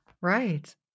right